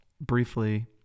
briefly